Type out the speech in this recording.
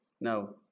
now